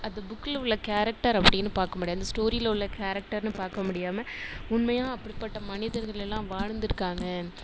அது புக்கில் உள்ள கேரக்டர் அப்படின்னு பார்க்க முடியாது அந்த ஸ்டோரியில உள்ள கேரக்டர்னு பார்க்க முடியாமல் உண்மையாக அப்படிப்பட்ட மனிதர்கள் எல்லாம் வாழ்ந்துருக்காங்க